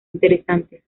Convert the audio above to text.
interesantes